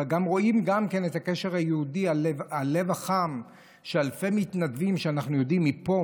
אבל רואים גם את הקשר היהודי ואת הלב החם של אלפי מתנדבים מפה,